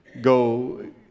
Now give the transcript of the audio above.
go